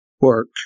work